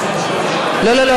לא, לא.